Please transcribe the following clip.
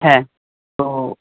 হ্যাঁ তো